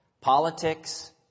politics